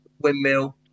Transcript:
windmill